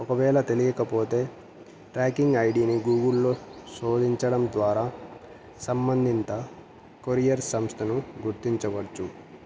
ఒకవేళ తెలియకపోతే ట్రాకింగ్ ఐడిని గూగుల్లో శోధించడం ద్వారా సంబంధిత కొరియర్ సంస్థను గుర్తించవచ్చు